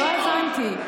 לא הבנתי.